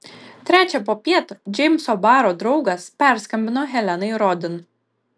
trečią popiet džeimso baro draugas perskambino helenai rodin